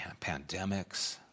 pandemics